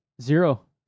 Zero